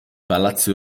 palazzi